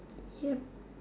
ya